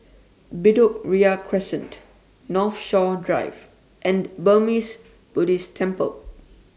Bedok Ria Crescent Northshore Drive and Burmese Buddhist Temple